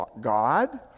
God